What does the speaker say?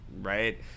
right